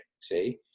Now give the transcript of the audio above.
see